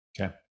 Okay